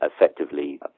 effectively